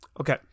okay